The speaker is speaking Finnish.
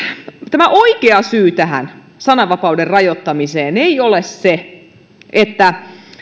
tämä oikea syy tähän sananvapauden rajoittamiseen ei ole se että